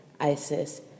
ISIS